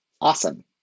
Awesome